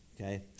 okay